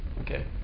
okay